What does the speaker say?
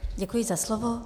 Děkuji za slovo.